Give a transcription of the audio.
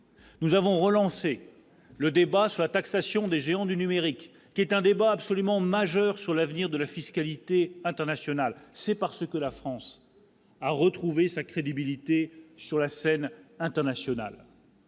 Nous avons relancé le débat sur la taxation des géants du numérique qui est un débat absolument majeur sur l'avenir de la fiscalité internationale, c'est parce que la France. à retrouver sa crédibilité sur la scène internationale.